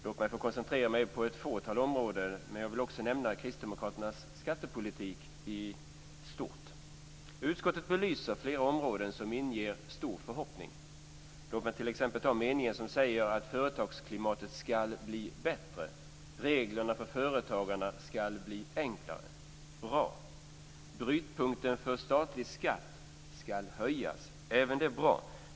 Jag tänker koncentrera mig på ett fåtal områden, men jag vill också nämna Kristdemokraternas skattepolitik i stort. Utskottet belyser flera områden som inger stor förhoppning. Låt mig t.ex. ta meningen som säger att företagsklimatet ska bli bättre. Reglerna för företagarna ska bli enklare - bra! Brytpunkten för statlig skatt ska höjas - även det bra!